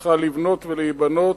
היא צריכה לבנות ולהיבנות,